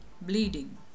bleeding